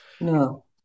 No